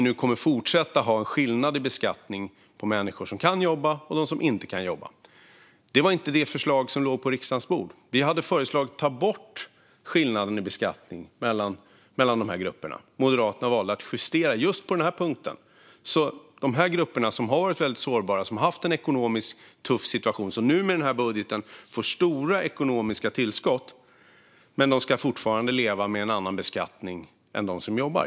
Nu kommer vi att fortsätta att ha en skillnad i beskattningen av människor som kan jobba och människor som inte kan jobba. Det var inte det förslag som låg på riksdagens bord. Vi hade föreslagit att skillnaden i beskattning mellan dessa grupper skulle tas bort, men Moderaterna valde att justera just på denna punkt. De grupper som har varit sårbara och som har haft en ekonomiskt tuff situation kommer nu med denna budget att få stora ekonomiska tillskott, men de ska fortfarande leva med en annan beskattning än de som jobbar.